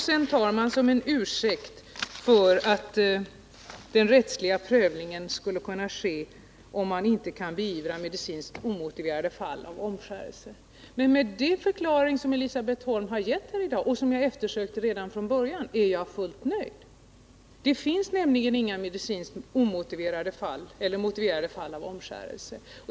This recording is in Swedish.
Sedan tar man som ursäkt att en rättslig prövning skall ske om man annars inte kan beivra medicinskt omotiverade fall av omskärelse. Men med den förklaring som Elisabet Holm gett här i dag och som jag efterlyst redan från början är jag fullt nöjd. Det finns nämligen inga medicinskt motiverade fall av omskärelse.